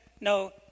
No